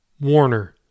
Warner